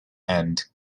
and